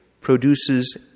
produces